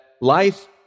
life